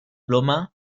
ploma